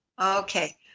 Okay